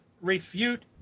refute